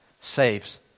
saves